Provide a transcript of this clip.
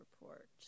report